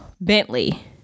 Bentley